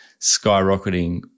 skyrocketing